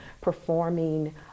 performing